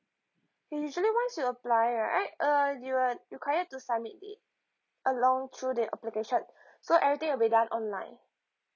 usually once you apply right uh you're required to submit it along through the application so everything will be done online